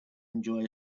enjoy